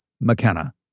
McKenna